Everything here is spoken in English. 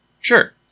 Sure